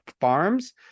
Farms